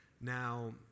Now